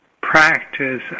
practice